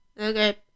okay